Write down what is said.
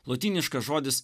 lotyniškas žodis